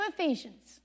Ephesians